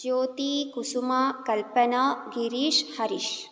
Jyoti Kusuma Kalpana Girish Harish